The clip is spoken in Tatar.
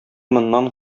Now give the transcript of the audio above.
моннан